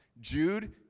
Jude